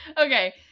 Okay